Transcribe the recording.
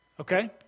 Okay